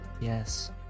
Yes